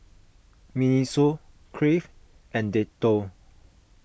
Miniso Crave and Dettol